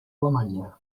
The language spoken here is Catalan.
alemanya